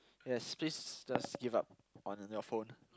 yes please just give up on your phone